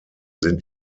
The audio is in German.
sind